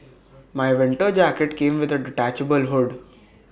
my winter jacket came with A detachable hood